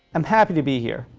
i'm happy to be here.